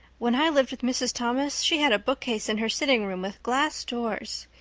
when i lived with mrs. thomas she had a bookcase in her sitting room with glass doors.